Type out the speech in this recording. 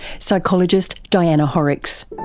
psychologist diana horrex.